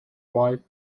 wife